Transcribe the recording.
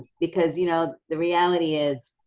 because, you know, the reality is,